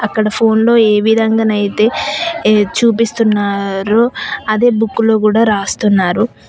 అక్కడ ఫోన్లో ఏవిధంగానైతే చూపిస్తున్నారో అదే బుక్లో కూడా రాస్తున్నారు